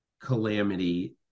calamity